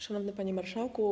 Szanowny Panie Marszałku!